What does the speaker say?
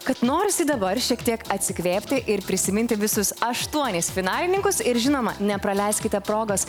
kad norisi dabar šiek tiek atsikvėpti ir prisiminti visus aštuonis finalininkus ir žinoma nepraleiskite progos